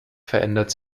verändert